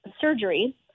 surgery